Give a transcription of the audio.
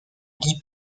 guy